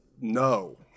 no